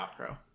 outro